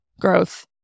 growth